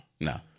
No